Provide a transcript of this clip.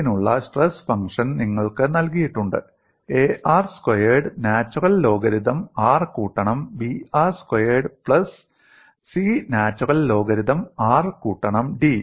ഇതിനുള്ള stress function നിങ്ങൾക്ക് നൽകിയിട്ടുണ്ട് A r squared natural logarithm r കൂട്ടണം B r squared plus C natural logarithm r കൂട്ടണം D